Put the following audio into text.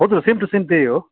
हजुर same to same त्यही हो